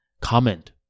comment